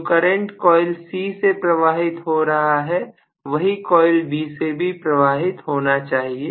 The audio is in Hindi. जो करंट कॉइल C से प्रवाहित हो रहा है वहीं कॉइल B से भी प्रवाहित होना चाहिए